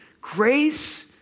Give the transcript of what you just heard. Grace